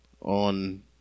on